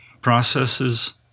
processes